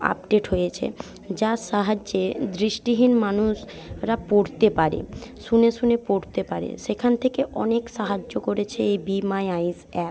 update হয়েছে যার সাহায্যে দৃষ্টিহীন মানুষরা পড়তে পারে শুনে শুনে পড়তে পারে সেখান থেকে অনেক সাহায্য করেছে এই বি মাই আইস অ্যাপ